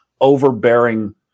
overbearing